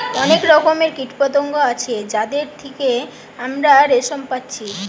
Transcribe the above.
অনেক রকমের কীটপতঙ্গ আছে যাদের থিকে আমরা রেশম পাচ্ছি